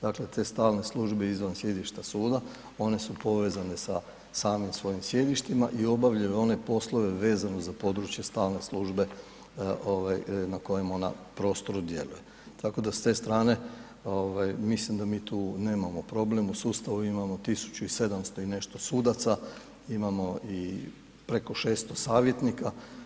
Dakle te stalne službe izvan sjedišta suda, one su povezane sa samim svojim sjedištima i obavljaju one poslove vezano za područje stalne službe na kojem ona prostoru djeluje tako da s te strane mislim da mi tu nemamo problem, u sustavu imamo 1700 i nešto sudaca, imamo i preko 600 savjetnika.